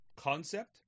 concept